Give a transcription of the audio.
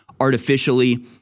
artificially